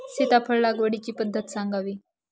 सीताफळ लागवडीची पद्धत सांगावी?